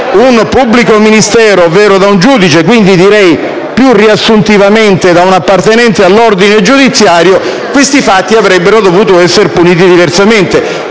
un pubblico ministero, ovvero da un giudice e, quindi, più riassuntivamente, da un appartenente all'ordine giudiziario, questi fatti dovrebbero essere puniti diversamente.